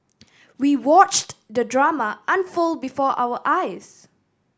we watched the drama unfold before our eyes